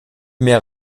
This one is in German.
mehr